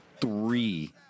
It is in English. three